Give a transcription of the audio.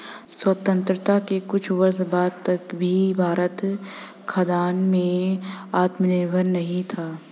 स्वतंत्रता के कुछ वर्षों बाद तक भी भारत खाद्यान्न में आत्मनिर्भर नहीं था